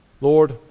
Lord